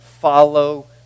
Follow